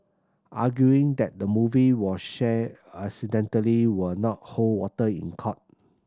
arguing that the movie was shared accidentally will not hold water in court